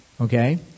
Okay